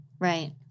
Right